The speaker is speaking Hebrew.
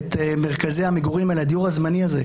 את מרכזי המגורים לדיור הזמני הזה,